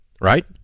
Right